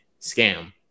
scam